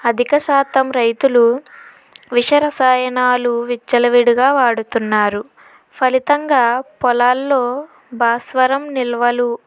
అధిక శాతం రైతులు విషరసాయనాలు విచ్చలవిడిగా వాడుతున్నారు ఫలితంగా పొలాల్లో భాస్వరం నిల్వలు